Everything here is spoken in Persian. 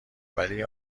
ولی